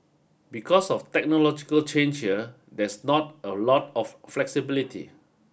because of technological change here there's not a lot of flexibility